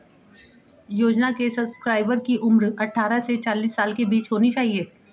योजना के सब्सक्राइबर की उम्र अट्ठारह से चालीस साल के बीच होनी चाहिए